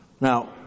Now